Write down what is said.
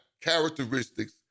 characteristics